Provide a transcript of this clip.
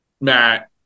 Matt